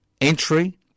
entry